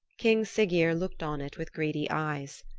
king siggeir looked on it with greedy eyes.